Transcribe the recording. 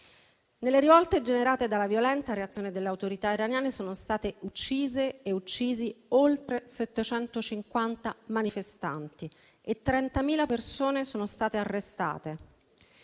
Nelle rivolte generate dalla violenza, reazione delle autorità iraniane, sono state uccise oltre 750 manifestanti e 30.000 persone sono state arrestate.